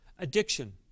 Addiction